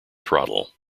throttle